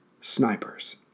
snipers